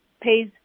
pays